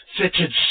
Fitted